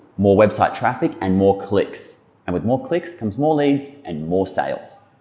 more website traffic, and more clicks. and with more clicks comes more leads and more sales.